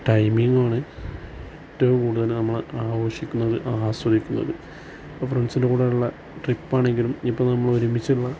timing ആണ് ഏറ്റവും കൂടുതൽ നമ്മൾ ആഘോഷിക്കുന്നത് ആസ്വദിക്കുന്നത് ഫ്രണ്ട്സിൻ്റെ കൂടെയുള്ള ട്രിപ്പാണെങ്കിലും ഇപ്പോൾ നമ്മളൊരുമിച്ചുള്ള